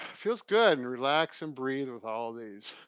feels good and relax and breathe with all of these.